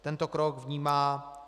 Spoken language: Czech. Tento krok vnímá